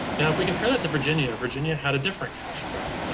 and if we compare that to virginia, virginia had a different cash crop.